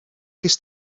ges